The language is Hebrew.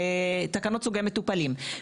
לתקנות סוגי מטופלים.